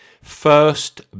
first